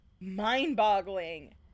mind-boggling